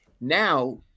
Now